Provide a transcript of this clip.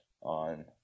on